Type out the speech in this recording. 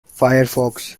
firefox